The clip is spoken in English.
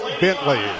Bentley